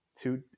two